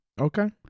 Okay